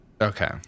okay